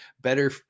better